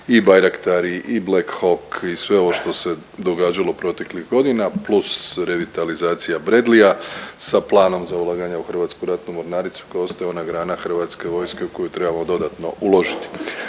i Barjaktari i Black Hawk i sve ovo što se događalo proteklih godina plus revitalizacija Bradleya sa planom za ulaganje u Hrvatsku ratnu mornaricu koja je osnovna grana hrvatske vojske u koju trebamo dodatno uložiti.